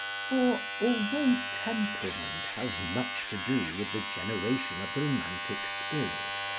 for, although temperament has much to do with the generation of the romantic spirit,